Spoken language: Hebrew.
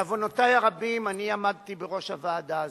בעוונותי הרבים, אני עמדתי בראש הוועדה הזאת,